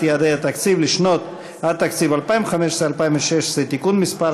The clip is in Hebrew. יעדי התקציב לשנות התקציב 2015 ו-2016) (תיקון מס'